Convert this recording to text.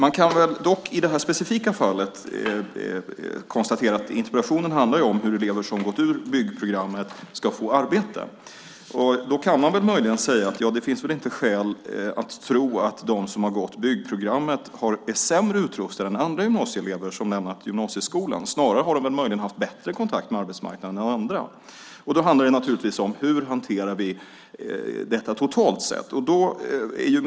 I det här specifika fallet kan man möjligen säga - interpellationen handlar ju om hur elever som gått ut byggprogrammet ska få arbete - att det inte finns skäl att tro att de som har gått byggprogrammet är sämre rustade än andra gymnasieelever som lämnat gymnasieskolan. Snarare har de möjligen haft en bättre kontakt med arbetsmarknaden än andra. Naturligtvis handlar det om hur vi totalt sett hanterar detta.